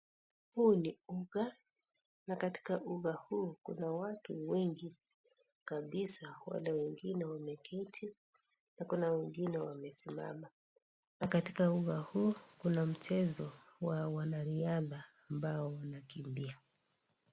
Huu ni uga na katika uga huu kuna watu wengi kabisa, wale wengine wameketi na kuna wengine wamesimama na katika uga huu kuna mxhezo wa wanariadha ambao wanakimbia.